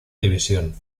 división